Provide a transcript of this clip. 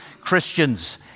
Christians